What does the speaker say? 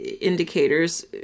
indicators